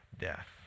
death